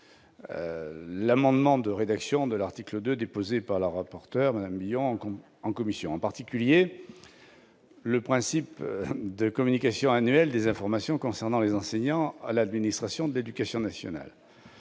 l'amendement de rédaction de l'article 2 présenté par Mme la rapporteur en commission. En particulier, il instaure un principe de communication annuelle des informations concernant les enseignants à l'administration de l'éducation nationale,